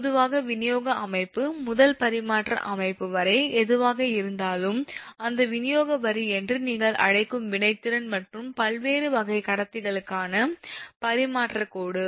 பொதுவாக விநியோக அமைப்பு முதல் பரிமாற்ற அமைப்பு வரை எதுவாக இருந்தாலும் அந்த விநியோக வரி என்று நீங்கள் அழைக்கும் வினைத்திறன் மற்றும் பல்வேறு வகை கடத்திகளுக்கான பரிமாற்றக் கோடு